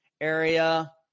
area